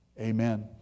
Amen